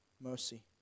mercy